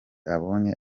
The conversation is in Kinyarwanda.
abonye